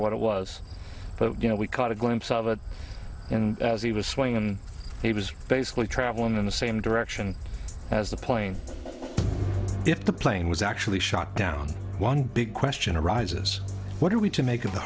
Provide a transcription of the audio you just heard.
what it was but you know we caught a glimpse of it and as he was swaying and he was basically travelling in the same direction as the plane if the plane was actually shot down one big question arises what are we to make